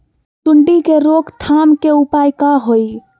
सूंडी के रोक थाम के उपाय का होई?